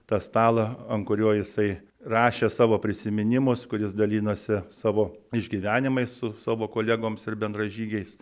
tą stalą ant kurio jisai rašė savo prisiminimus kur jis dalinosi savo išgyvenimais su savo kolegoms ir bendražygiais